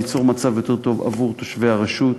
ליצור מצב יותר טוב עבור תושבי הרשות.